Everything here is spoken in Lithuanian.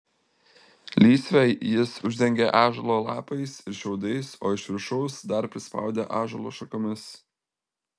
lysvę jis uždengė ąžuolo lapais ir šiaudais o iš viršaus dar prispaudė ąžuolo šakomis